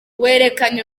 werekanye